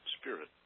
spirit